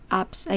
apps